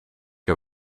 heb